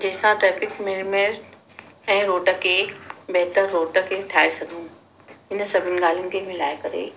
जंहिं सा ट्रैफिक नियम में ऐं रोड खे बहितर रोड खे ठाहे सघूं हिन सभिनि ॻाल्हियुनि खे मिलाए करे